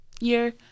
year